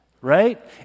right